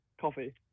Coffee